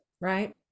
right